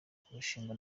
kurushinga